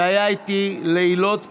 שהיה איתי לילות כימים,